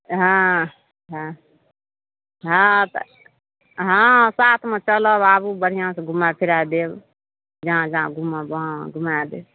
हँ हँ हँ साथमे चलब आबू बढ़िआँ से घूमाए फिराए देब जहाँ जहाँ घूमब वहाँ वहाँ घूमाए देब